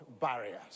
barriers